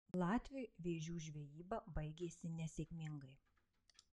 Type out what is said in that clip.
latviui vėžių žvejyba baigėsi nesėkmingai